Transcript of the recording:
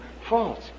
false